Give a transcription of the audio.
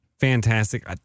fantastic